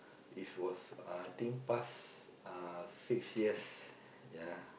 this was uh I think past uh six years ya